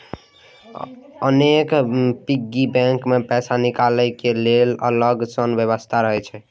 अनेक piggy bank मे पैसा निकालै के लेल अलग सं व्यवस्था रहै छै